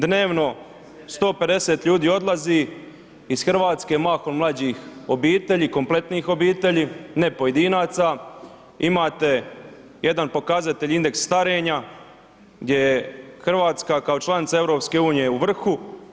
Dnevno 150 ljudi odlazi iz Hrvatske, mahom mlađih obitelji, kompletnih obitelji, ne pojedinaca, imate jedan pokazatelj indeks starenja gdje je Hrvatska kao članica EU u vrhu.